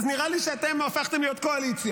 אז נראה לי שאתם הפכתם להיות קואליציה.